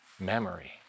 memory